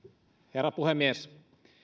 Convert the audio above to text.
herra puhemies